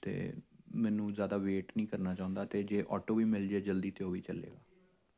ਅਤੇ ਮੈਨੂੰ ਜ਼ਿਆਦਾ ਵੇਟ ਨਹੀਂ ਕਰਨਾ ਚਾਹੁੰਦਾ ਅਤੇ ਜੇ ਓਟੋ ਵੀ ਮਿਲ ਜਾਵੇ ਜਲਦੀ ਤਾਂ ਉਹ ਵੀ ਚੱਲੇਗਾ